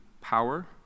power